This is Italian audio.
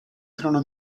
trono